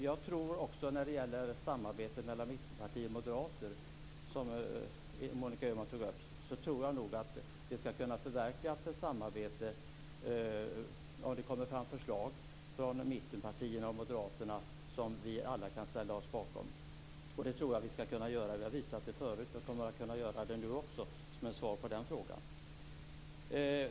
Jag tror också att ett samarbete ska kunna förverkligas mellan mittenpartier och moderater, som Monica Öhman tog upp, om det kommer fram förslag från mittenpartierna och Moderaterna som vi alla kan ställa oss bakom. Det tror jag att vi ska kunna göra. Vi har visat det förut, och vi kommer att kunna göra det nu också. Det säger jag som svar på den frågan.